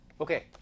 Okay